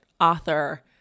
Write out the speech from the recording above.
author